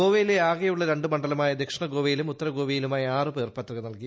ഗോവയിലെ ആകെയുള്ള രണ്ടു മണ്ഡലമായ ദക്ഷിണ ഗോവയിലും ഉത്തരഗോവയിലുമായി ആറ് പേർ പത്രിക നൽകി